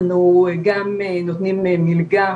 למקום שבו אני כבן נוער מרגיש בנוח להיכנס,